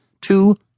two